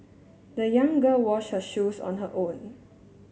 the young girl wash her shoes on her own